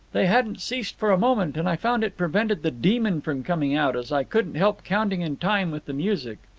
they hadn't ceased for a moment, and i found it prevented the demon from coming out, as i couldn't help counting in time with the music.